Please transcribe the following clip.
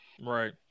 Right